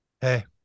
Hey